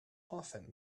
often